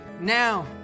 Now